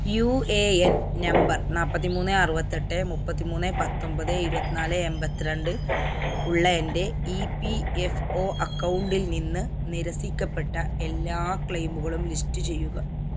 U A N number നാൽപ്പത്തി മൂന്ന് അറുപത്തെട്ട് മുപ്പത്തി മൂന്ന് പത്തൊമ്പത് ഇരുപത്തി നാല് എൺപത്തി രണ്ട് ഉള്ള എൻ്റെ ഇ പി എഫ് ഒ അക്കൗണ്ടിൽ നിന്ന് നിരസിക്കപ്പെട്ട എല്ലാ ക്ലെയിമുകളും ലിസ്റ്റ് ചെയ്യുക